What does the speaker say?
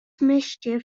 mischief